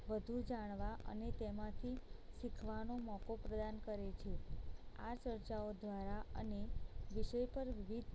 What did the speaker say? વધુ જાણવા અને તેમાંથી શીખવાનો મોકો પ્રદાન કરે છે આ ચર્ચાઓ દ્વારા અને વિષય પર વિવિધ